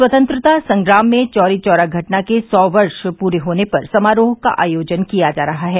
स्वतंत्रता संग्राम में चौरी चौरा घटना के सौ वर्ष पूरे होने पर समारोह का आयोजन किया जा रहा है